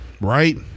Right